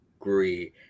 agree